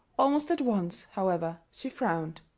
almost at once, however, she frowned.